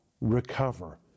recover